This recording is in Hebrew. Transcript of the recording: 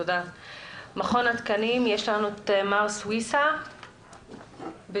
מכון התקנים, נמצא אתנו מר סויסא בזום?